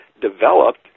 developed